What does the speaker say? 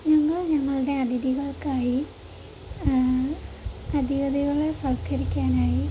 ഞങ്ങൾ ഞങ്ങളുടെ അതിഥികൾക്കായി അതിഥികളെ സൽക്കരിക്കാനായി